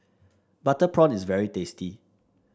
Butter Prawn is very tasty